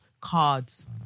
cards